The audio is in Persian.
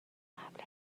قبل